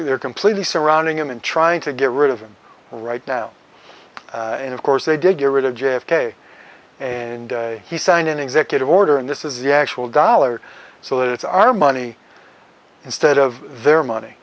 they're completely surrounding him and trying to get rid of him right now and of course they did get rid of j f k and he signed an executive order and this is the actual dollar so that it's our money instead of their money